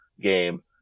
game